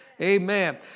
Amen